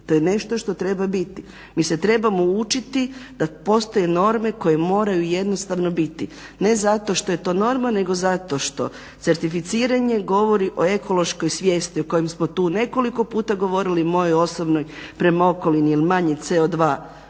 to je nešto što treba biti. Mi se trebamo učiti da postoje norme koje moraju jednostavno biti ne zato što je to norma nego zato što certificiranje govori o ekološkoj svijesti o kojem smo tu nekoliko puta govorili o mojoj osobnoj prema okolini jer manje CO2